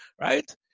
right